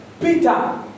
Peter